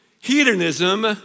hedonism